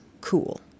cool